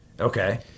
Okay